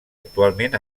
actualment